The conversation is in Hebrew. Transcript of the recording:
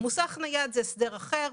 מוסך נייד זה הסדר אחר.